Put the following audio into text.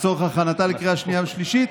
לצורך הכנתה לקריאה שנייה ושלישית.